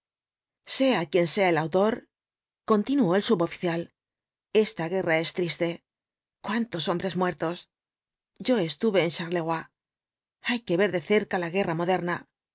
sea quien sea el autor continuó el suboficial esta guerra es triste cuántos hombres muertos yo estuve en charleroi hay que ver de cerca la guerra moderna